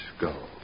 go